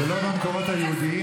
זה לא מהמקורות היהודיים,